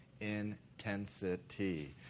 intensity